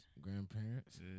Grandparents